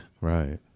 right